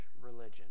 religion